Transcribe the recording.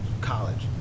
college